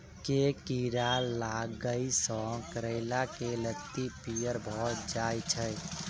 केँ कीड़ा लागै सऽ करैला केँ लत्ती पीयर भऽ जाय छै?